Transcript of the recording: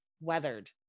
weathered